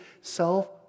self